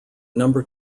number